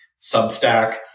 Substack